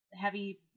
heavy